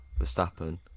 Verstappen